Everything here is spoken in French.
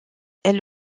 elle